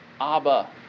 Abba